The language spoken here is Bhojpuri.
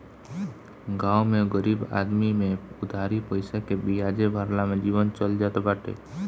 गांव में गरीब आदमी में उधारी पईसा के बियाजे भरला में जीवन चल जात बाटे